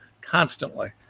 constantly